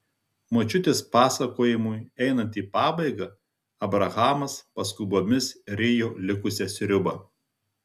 močiutės pasakojimui einant į pabaigą abrahamas paskubomis rijo likusią sriubą